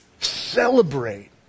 celebrate